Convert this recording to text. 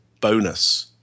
bonus